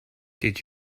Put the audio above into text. did